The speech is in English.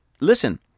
listen